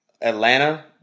Atlanta